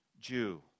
Jew